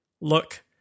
look